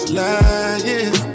lying